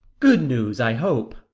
good news, i hope.